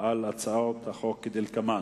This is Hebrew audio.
על הצעות החוק כדלקמן: